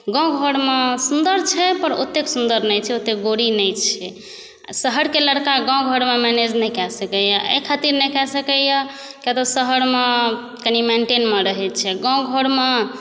गाम घरमे सुन्दर छै पर ओतेक सुन्दर नहि छै ओतेक गोरी नहि छै आ शहरके लड़का गाम घरमे मैनेज नहि कऽ सकैए अहि खातिर नहि कऽ सकैए कियातऽ शहरमे कनी मेन्टेनमे रहै छै गाम घरमे